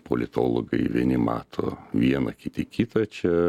politologai vieni mato vieną kiti kitą čia